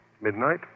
Midnight